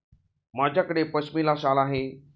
माझ्याकडे पश्मीना शाल आहे